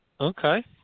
Okay